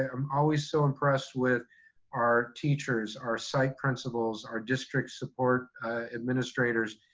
i'm always so impressed with our teachers, our site principals, our district support administrators,